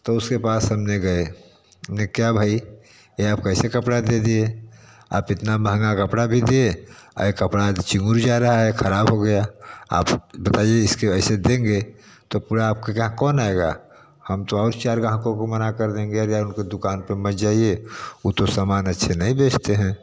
तो उसके पास हम ले गए हमने क्या भाई ये आप कैसे कपड़ा दे दिए आप इतना महँगा कपड़ा भी दिए आ ये कपड़ा तो चिंगुर जा रहा है खराब हो गया आप बताइए इसके ऐसे देंगे तो पूरा आपका क्या कौन आएगा हम तो और चार ग्राहकों को मना कर देंगे अरे यार उ तो दुकान पे मत जाइए उ तो सामान अच्छे नहीं बेचते हैं